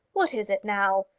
what is it now?